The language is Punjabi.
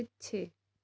ਪਿੱਛੇ